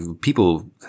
people